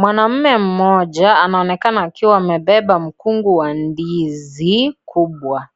Mwanamme mmoja anaonekana akiwa amebeba mkungu wa ndizi kubwa.